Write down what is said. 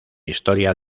historia